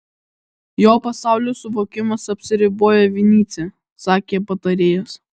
jo pasaulio suvokimas apsiriboja vinycia sakė patarėjas